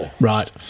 Right